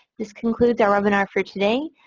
this concludes our webinar for today.